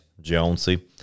Jonesy